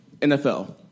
NFL